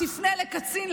תפנה לקצין,